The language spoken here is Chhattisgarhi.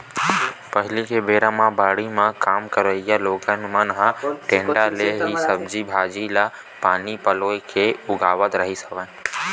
पहिली के बेरा म बाड़ी म काम करइया लोगन मन ह टेंड़ा ले ही सब्जी भांजी ल पानी पलोय के उगावत रिहिस हवय